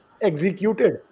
executed